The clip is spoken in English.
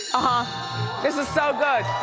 ah this is so good,